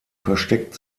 versteckt